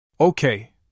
Okay